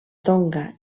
tonga